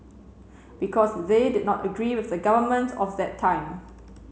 because they did not agree with the government of that time